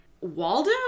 waldo